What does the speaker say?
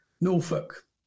Norfolk